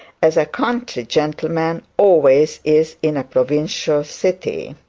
as a country gentleman always is in a provincial city.